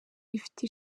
ifite